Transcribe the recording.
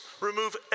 Remove